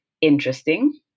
Interesting